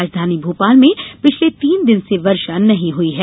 राजधानी भोपाल में पिछले तीन दिन से वर्षा नहीं हुई है